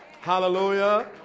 Hallelujah